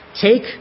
Take